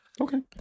Okay